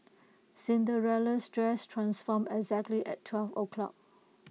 Cinderella's dress transformed exactly at twelve o'clock